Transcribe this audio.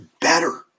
better